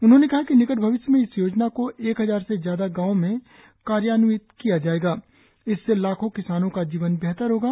उन्होंने कहा कि निकट भविष्य में इस योजना को एक हजार से ज्यादा गांवो में कार्यान्वित किया जायेगा और इससे लाखों किसानों का जीवन बेहतर होगा